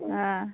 হ্যাঁ